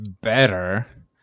better